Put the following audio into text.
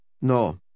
no